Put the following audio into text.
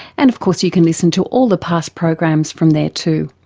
and of course you can listen to all the past programs from there too.